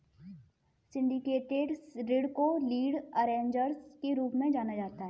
syndicated ऋण को lead arrangers के रूप में जाना जाता है